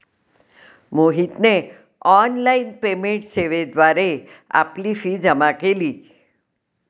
मोहितने online payment सेवेद्वारे आपली फी जमा केली